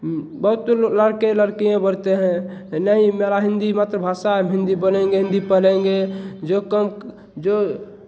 बहुत लड़के लड़कियाँ बोलते हैं नहीं मेरा हिंदी मातृभाषा है हम हिंदी बोलेंगे हिंदी पढ़ेंगे जो जो